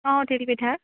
অ' তিল পিঠা